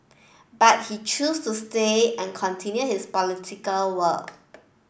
but he chose to stay and continue his political work